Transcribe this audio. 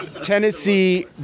Tennessee